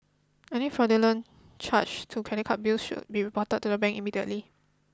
any fraudulent charges to credit card bills should be reported to the bank immediately